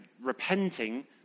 repenting